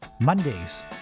Mondays